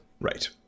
Right